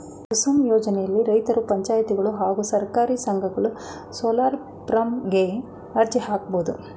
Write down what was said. ಕುಸುಮ್ ಯೋಜ್ನೆಲಿ ರೈತ್ರು ಪಂಚಾಯತ್ಗಳು ಹಾಗೂ ಸಹಕಾರಿ ಸಂಘಗಳು ಸೋಲಾರ್ಪಂಪ್ ಗೆ ಅರ್ಜಿ ಹಾಕ್ಬೋದು